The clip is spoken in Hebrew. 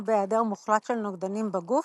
או בהיעדר מוחלט של נוגדנים בגוף,